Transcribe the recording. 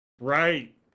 Right